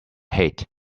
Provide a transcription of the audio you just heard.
hate